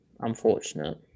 Unfortunate